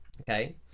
Okay